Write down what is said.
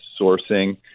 sourcing